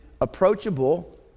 approachable